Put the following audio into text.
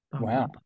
Wow